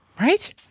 Right